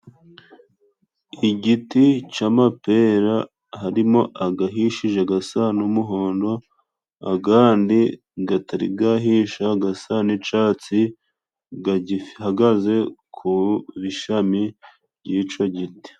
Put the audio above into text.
Igiti c'amapera harimo agahishije gasa n'umuhondo, agandi gatari gahisha gasa n'icatsi gagihagaze ku bishami by'ico giti.